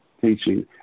teaching